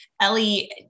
Ellie